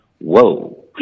whoa